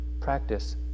practice